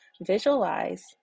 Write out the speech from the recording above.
visualize